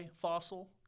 fossil